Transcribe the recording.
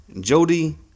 Jody